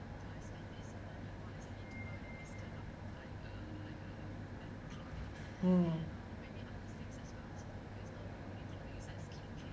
mm